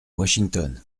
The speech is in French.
washington